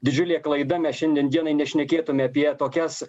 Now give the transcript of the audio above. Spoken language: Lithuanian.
didžiulė klaida mes šiandien dienai nešnekėtume apie tokias